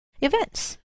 events